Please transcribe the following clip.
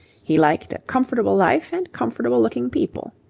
he liked a comfortable life and comfortable-looking people.